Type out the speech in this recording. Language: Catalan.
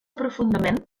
profundament